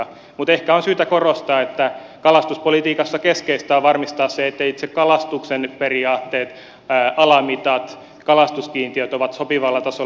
mutta ehkä on syytä korostaa että kalastuspolitiikassa keskeistä on varmistaa se että itse kalastuksen periaatteet alamitat kalastuskiintiöt ovat sopivalla tasolla